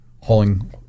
hauling